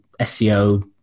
SEO